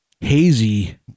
hazy